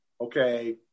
okay